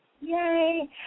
Yay